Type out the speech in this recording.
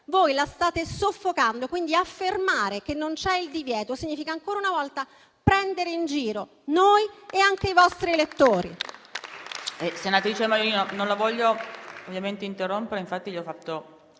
voi la state soffocando. Quindi, affermare che non c'è il divieto, significa ancora una volta prendere in giro noi e anche i vostri elettori.